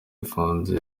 ifunze